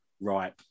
right